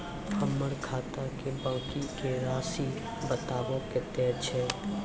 हमर खाता के बाँकी के रासि बताबो कतेय छै?